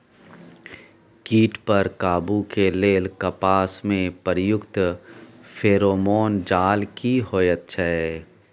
कीट पर काबू के लेल कपास में प्रयुक्त फेरोमोन जाल की होयत छै?